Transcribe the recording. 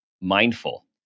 mindful